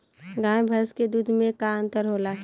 गाय भैंस के दूध में का अन्तर होला?